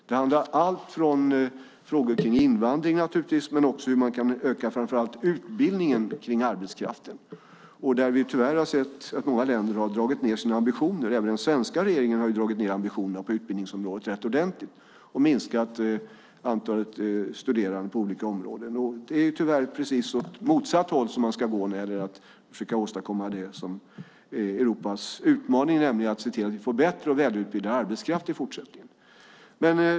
Det var allt från frågor om invandring till hur man kan öka framför allt utbildningen för arbetskraften. Vi har ju tyvärr sett att många länder har dragit ned sina ambitioner. Även den svenska regeringen har dragit ned ambitionerna på utbildningsområdet rätt ordentligt och minskat antalet studerande på olika områden. Det är tyvärr precis åt motsatt håll som man ska gå för att ta sig an det som är Europas utmaning, nämligen att se till att vi får bättre och välutbildad arbetskraft i fortsättningen.